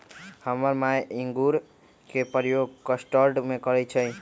हमर माय इंगूर के प्रयोग कस्टर्ड में करइ छै